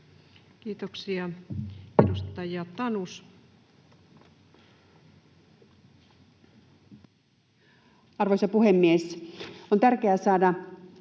Kiitoksia. — Edustaja Tanus. Arvoisa puhemies! On tärkeää saada